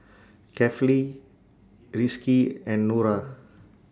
Kefli Rizqi and Nura